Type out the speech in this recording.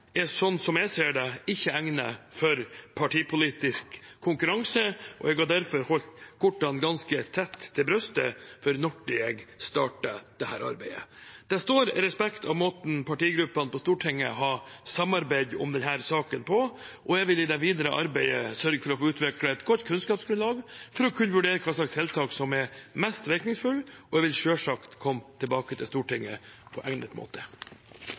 ikke egnet for partipolitisk konkurranse. Jeg har derfor holdt kortene ganske tett til brystet om når jeg startet dette arbeidet. Det står respekt av måten partigruppene på Stortinget har samarbeidet om denne saken på. Jeg vil i det videre arbeidet sørge for å få utviklet et godt kunnskapsgrunnlag for å kunne vurdere hvilke tiltak som er mest virkningsfulle, og jeg vil selvsagt komme tilbake til Stortinget på egnet måte.